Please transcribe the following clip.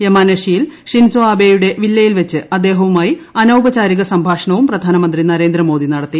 യമാനഷിയിൽ Shinzo ആബേയുടെ വില്ലയിൽവച്ച് അദ്ദേഹവുമായി അനൌപചാരിക സംഭാഷണവും പ്രധാനമന്ത്രി നരേന്ദ്രമോദി നടത്തി